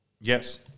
Yes